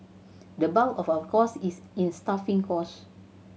the bulk of our costs is in staffing costs